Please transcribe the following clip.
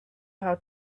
how